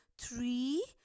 three